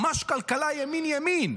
ממש כלכלה ימין ימין.